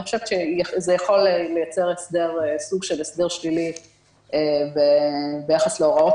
אני חושבת שזה יכול לייצר סוג של הסדר שלילי ביחס להוראות